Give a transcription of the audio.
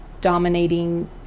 dominating